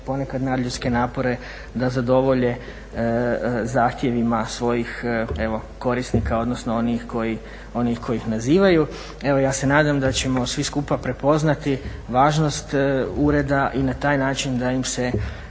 ponekad nadljudske napore da zadovolje zahtjevima svojih evo korisnika odnosno onih koji ih nazivaju. Evo ja se nadam da ćemo svi skupa prepoznati važnost ureda i na taj način da im se